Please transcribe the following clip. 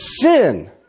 sin